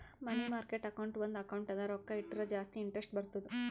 ಮನಿ market account ಒಂದ್ account ಅದ ರೊಕ್ಕಾ ಇಟ್ಟುರ ಜಾಸ್ತಿ ಇಂಟರೆಸ್ಟ್ ಬರ್ತುದ್